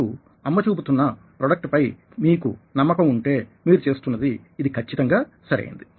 మీరు అమ్మ చూపుతున్న ప్రోడక్ట్ పై నీకు నమ్మకం ఉంటే మీరు చేస్తున్నది ఇది ఖచ్చితంగా సరి అయినది